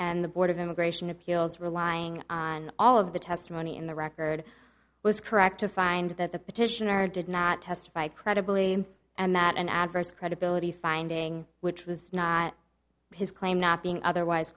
and the board of immigration appeals relying on all of the testimony in the record was correct to find that the petitioner did not testify credible aims and that an adverse credibility finding which was not his claim not being otherwise